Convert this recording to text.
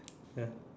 ya